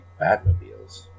Batmobiles